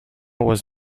was